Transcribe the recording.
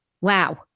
wow